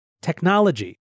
technology